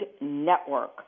network